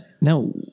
Now